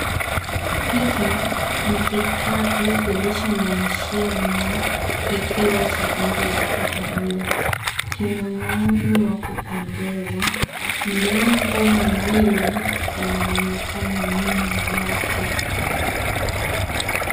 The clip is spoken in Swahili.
Hiki ni kikapu kilicho na mashimo kikiwa cha rangi ya kahawia kina muundo wa kupendeza milango miwili inaonekana nyuma yake.